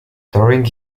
during